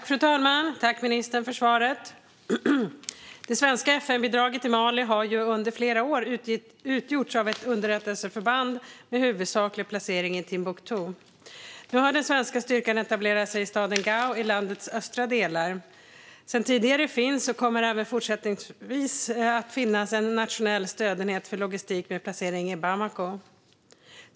Fru talman! Tack, ministern, för svaret! Det svenska FN-bidraget i Mali har under flera år utgjorts av ett underrättelseförband med huvudsaklig placering i Timbuktu. Nu har den svenska styrkan etablerat sig i staden Gao i landets östra delar. Sedan tidigare finns och kommer även fortsättningsvis att finnas en nationell stödenhet för logistik med placering i Bamako.